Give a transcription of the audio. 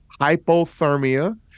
Hypothermia